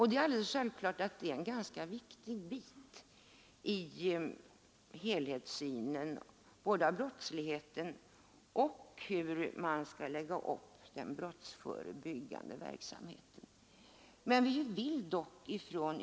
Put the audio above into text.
Det är alldeles självklart att det är en ganska viktig bit i helhetssynen både på brottsligheten och på hur man skall lägga upp den brottsförebyggande verksamheten.